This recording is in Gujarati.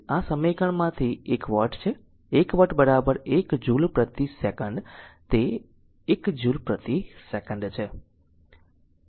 તેથી આ સમીકરણમાંથી 1 વોટ છે 1 વોટ 1 જુલ પ્રતિ સેકંડ તે એક જ્યુલ પ્રતિ સેકન્ડ છે